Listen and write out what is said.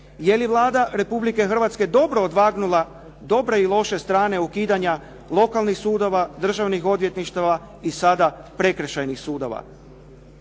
Je li Vlada Republike Hrvatske dobro odvagnula dobre i loše strane ukidanja lokalnih sudova, državnih odvjetništava i sada prekršajnih sudova.